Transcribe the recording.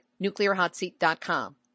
NuclearHotSeat.com